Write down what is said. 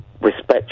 respect